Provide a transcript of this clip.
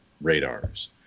radars